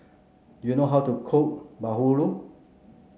do you know how to cook Bahulu